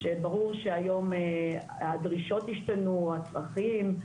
שברור שהיום הדרישות השתנו, הצרכים,